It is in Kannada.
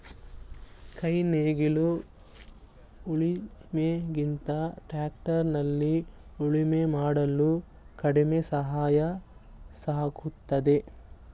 ಕೈ ನೇಗಿಲು ಉಳಿಮೆ ಗಿಂತ ಟ್ರ್ಯಾಕ್ಟರ್ ನಲ್ಲಿ ಉಳುಮೆ ಮಾಡಲು ಕಡಿಮೆ ಸಮಯ ಸಾಕಾಗುತ್ತದೆ